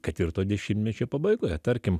ketvirto dešimtmečio pabaigoje tarkim